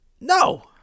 No